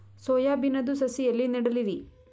Soya ಬಿನದು ಸಸಿ ಎಲ್ಲಿ ನೆಡಲಿರಿ?